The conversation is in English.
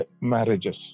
marriages